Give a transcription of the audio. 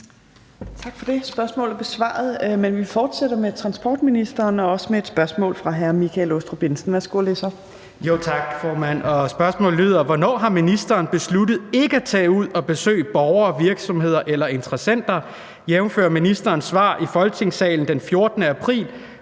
Hvornår har ministeren besluttet ikke at tage ud og besøge borgere, virksomheder eller interessenter, jf. ministerens svar i Folketingssalen den 14. april,